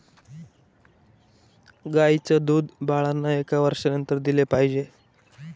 गाईचं दूध बाळांना एका वर्षानंतर दिले पाहिजे